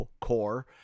Core